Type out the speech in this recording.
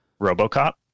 Robocop